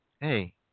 Hey